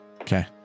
Okay